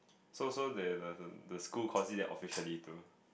so so the the the school consider that officially too